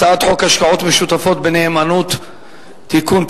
הצעת חוק השקעות משותפות בנאמנות (תיקון,